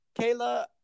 Kayla